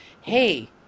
hey